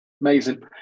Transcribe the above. Amazing